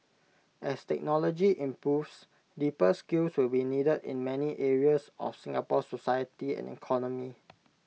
as technology improves deeper skills will be needed in many areas of Singapore's society and economy